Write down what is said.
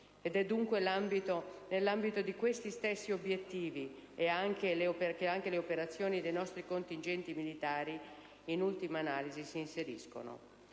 del mondo. È nell'ambito di questi stessi obiettivi che le operazioni dei nostri contingenti militari in ultima analisi si inseriscono.